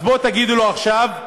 אז בואו, תגידו לו עכשיו,